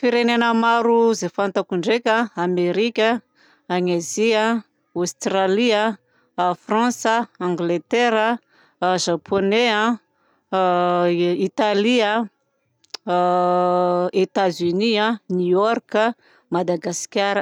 Firenena maro izay fantako ndraika Amerika a, any Asie a, Australie a, France a, Angletera a, Japone a, Italie a, Etats Unis, a New York a, Madagasikara.